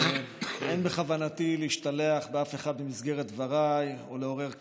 אין בכוונתי להשתלח באף אחד במסגרת דבריי או לעורר כעס,